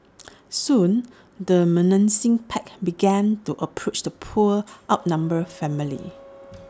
soon the menacing pack began to approach the poor outnumbered family